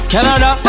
Canada